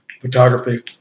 photography